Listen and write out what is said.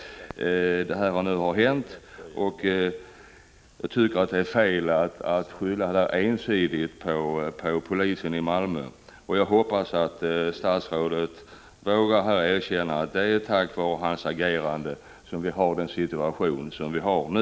Jag tycker att det är fel att ensidigt skylla detta på polisen i Malmö. Jag hoppas att statsrådet vågar erkänna att det är till följd av hans agerande som vi har den situation som vi har nu.